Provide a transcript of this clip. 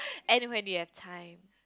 anywhere we have time